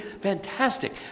fantastic